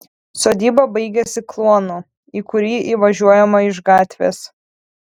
sodyba baigiasi kluonu į kurį įvažiuojama iš gatvės